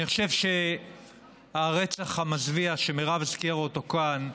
אני חושב שהרצח המזוויע שמירב הזכירה כאן,